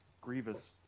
Grievous